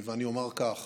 אני אומר כך: